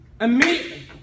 Immediately